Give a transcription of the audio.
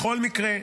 בכל מקרה,